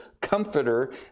comforter